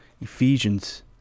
Ephesians